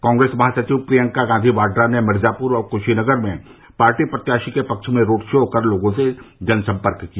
कांग्रेस महासचिव प्रियंका गांधी वाड्रा ने मिर्जापुर और कुशीनगर में पार्टी प्रत्याशी के पक्ष में रोड शो कर लोगों से जनसम्पर्क किया